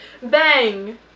bang